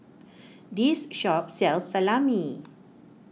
this shop sells Salami